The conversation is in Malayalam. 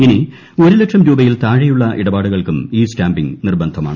ഇനി ഒരു ലക്ഷം രൂപയിൽ താഴെയുള്ള ഇടപാടുകൾക്കും ഇ സ്റ്റാമ്പിംഗ് നിർബന്ധമാണ്